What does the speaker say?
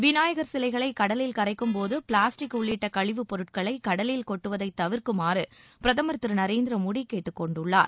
விநாயகர் சிலைகளை கடலில் கரைக்கும் போது பிளாஸ்டிக் உள்ளிட்ட கழிவு பொருட்களை கடலில் கொட்டுவதை தவிர்க்குமாறு பிரதமர் திரு நரேந்திர மோடி கேட்டுக்கொண்டுள்ளார்